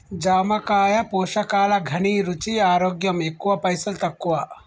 జామకాయ పోషకాల ఘనీ, రుచి, ఆరోగ్యం ఎక్కువ పైసల్ తక్కువ